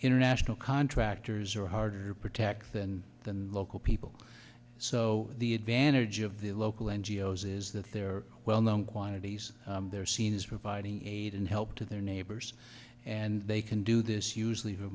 international contractors are harder to protect than the local people so the advantage of the local n g o s is that they're well known quantities they're seen as providing aid and help to their neighbors and they can do this usually